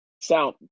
sound